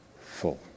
full